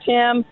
Tim